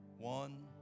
one